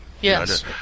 Yes